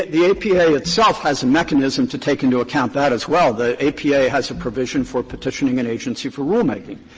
the apa itself has a mechanism to take into account that as well. the apa has a provision for petitioning an agency for rulemaking.